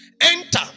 Enter